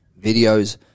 videos